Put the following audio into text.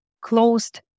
closed